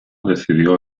decidió